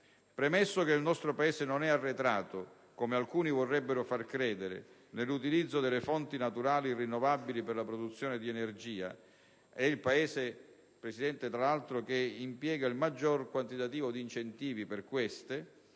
Premetto che il nostro Paese non è arretrato, come alcuni vorrebbero far credere, nell'utilizzo delle fonti naturali rinnovabili per la produzione di energia: è infatti il Paese, signor Presidente, che impiega il maggior quantitativo di incentivi per tali